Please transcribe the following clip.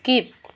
skip